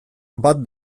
bat